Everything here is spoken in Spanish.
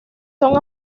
son